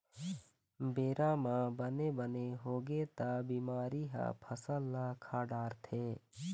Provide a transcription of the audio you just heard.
बेरा म बने बने होगे त बिमारी ह फसल ल खा डारथे